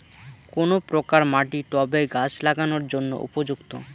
কোন প্রকার মাটি টবে গাছ লাগানোর জন্য উপযুক্ত?